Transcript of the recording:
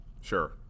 Sure